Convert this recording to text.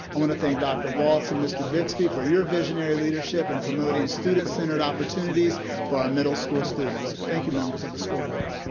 i wanna thank dr. walt and mr. vicksby for your visionary leadership in promoting student centered opportunities for our middle school students. thank you, members of the school board.